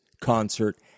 concert